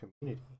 community